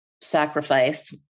sacrifice